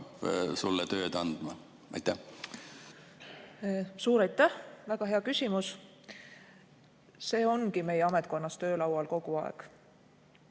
sulle tööd andma? Suur aitäh! Väga hea küsimus. See ongi meie ametkonnas töölaual kogu aeg.